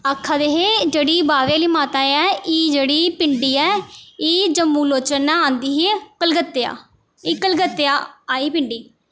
आक्खा दे हे जेह्ड़ी बाह्वे आह्ली माता ऐ एह् जेह्ड़ी पिंडी ऐ एह् जम्बुलोचन ने आंदी ही कलकत्तेआ एह् कलकत्तेआ आई पिंडी